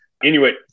Inuit